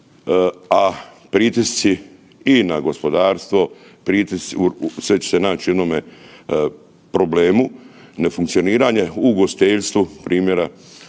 a pritisci i na gospodarstvo, sve će se nać u jednom problemu ne funkcioniranja u ugostiteljstvu primjera.